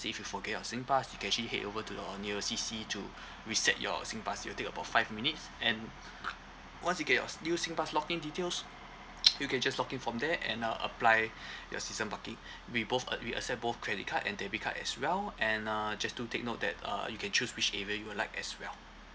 say if you forget your singpass you can actually head over to your nearest C_C to reset your singpass it will take about five minutes and once you get your new singpass login details you can just login from there and uh apply your season parking we both uh we accept both credit card and debit card as well and uh just do take note that uh you can choose which area you would like as well